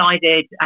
decided